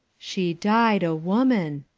she died a woman,